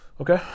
Okay